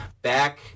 back